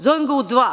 Zovem ga u dva.